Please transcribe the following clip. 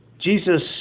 Jesus